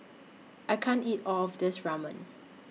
I can't eat All of This Ramen